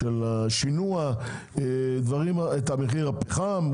מחיר השינוע, את מחיר הפחם.